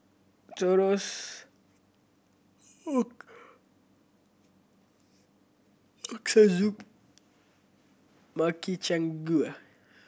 Chorizo Ochazuke Makchang Gui